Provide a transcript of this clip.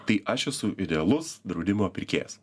tai aš esu idealus draudimo pirkėjas